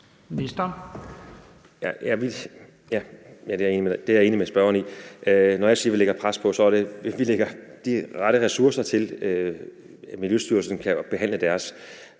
Det er jeg enig med spørgeren i. Når jeg siger, at vi lægger pres på, så er det, at vi lægger de rette ressourcer til, at Miljøstyrelsen kan behandle det.